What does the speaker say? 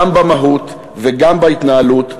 גם במהות וגם בהתנהלות.